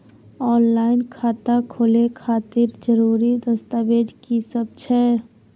Online खाता खोले खातिर जरुरी दस्तावेज की सब छै?